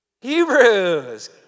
Hebrews